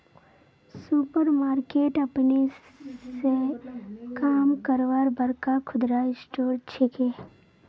super market अपने स काम करवार बड़का खुदरा स्टोर छिके